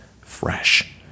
fresh